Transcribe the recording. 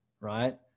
Right